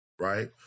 right